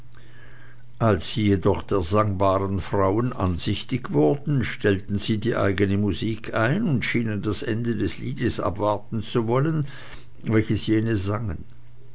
als sie jedoch der sangbaren frauen ansichtig wurden stellten sie die eigene musik ein und schienen das ende des liedes abwarten zu wollen welches jene sangen